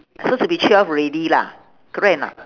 so should be twelve already lah correct or not